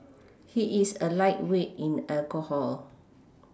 he is a lightweight in alcohol